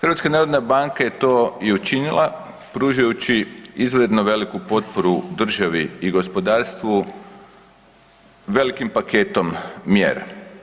HNB je to i učinila pružajući izvanredno veliku potporu državi i gospodarstvu velikim paketom mjera.